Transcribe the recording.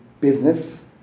business